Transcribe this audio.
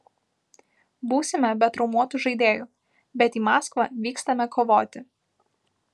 būsime be traumuotų žaidėjų bet į maskvą vykstame kovoti